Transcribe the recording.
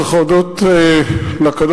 צריך להודות לקדוש-ברוך-הוא.